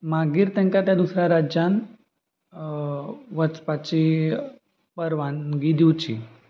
मागीर तांकां त्या दुसऱ्या राज्यान वचपाची परवानगी दिवची